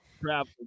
travel